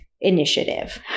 initiative